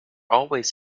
always